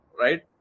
right